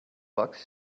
bucks